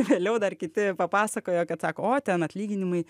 vėliau dar kiti papasakojo kad sako o ten atlyginimai